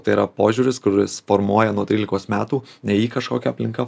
tai yra požiūris kuris formuoja nuo trylikos metų ne jį kažkokia aplinka